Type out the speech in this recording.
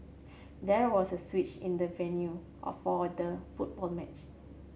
there was a switch in the venue or for the football match